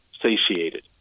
satiated